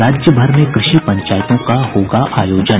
राज्यभर में कृषि पंचायतों का होगा आयोजन